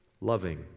loving